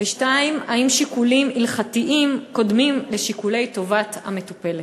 2. האם שיקולים הלכתיים קודמים לשיקולי טובת המטופלת?